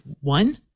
One